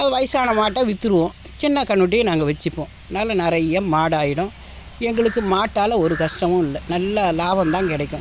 வயதான மாட்டை விற்றுருவோம் சின்ன கன்றுக்குட்டியை நாங்கள் வெச்சுப்போம் நல்ல நிறைய மாடாயிடும் எங்களுக்கு மாட்டால் ஒரு கஷ்டமும் இல்லை நல்ல லாபம் தான் கிடைக்கும்